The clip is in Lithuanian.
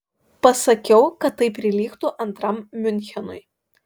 pasakiau kad tai prilygtų antram miunchenui